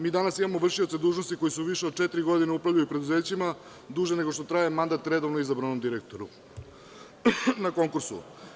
Mi danas imamo vršioce dužnosti koji više od četiri godine upravljaju preduzećima, duže nego što traje mandat redovno izbranom direktoru na konkursu.